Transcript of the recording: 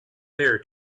there